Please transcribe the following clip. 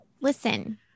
listen